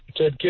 Ted